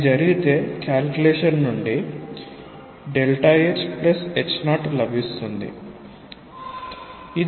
అది జరిగితే కాల్కులేషన్ నుండి hh0 లభిస్తుంది